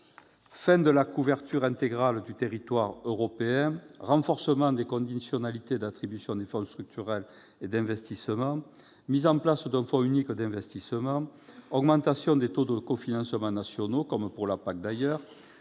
fin de la couverture intégrale du territoire européen, renforcement des conditionnalités d'attribution des fonds structurels et d'investissement, mise en place d'un fonds unique d'investissement, augmentation des taux de cofinancement nationaux, comme pour la PAC d'ailleurs,